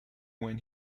when